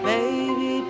Baby